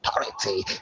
authority